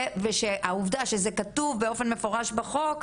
ושהעובדה שזה כתוב באופן מפורש בחוק,